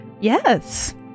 Yes